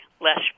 less